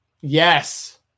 yes